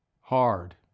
hard